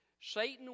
Satan